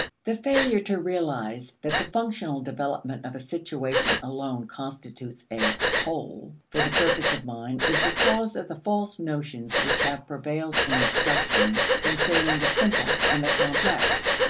the failure to realize that the functional development of a situation alone constitutes a whole for the purpose of mind is the cause of the false notions which have prevailed in instruction concerning the simple and the complex.